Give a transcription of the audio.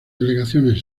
delegaciones